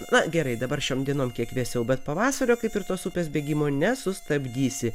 na gerai dabar šiom dienom kiek vėsiau bet pavasario kaip ir tos upės bėgimo nesustabdysi